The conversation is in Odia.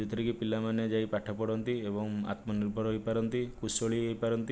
ଯେଉଁଥିରେକି ପିଲାମାନେ ଯାଇ ପାଠ ପଢ଼ନ୍ତି ଏବଂ ଆତ୍ମନିର୍ଭର ହେଇପାରନ୍ତି କୁଶଳୀ ହେଇପାରନ୍ତି